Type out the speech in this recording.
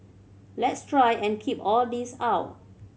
let's try and keep all this out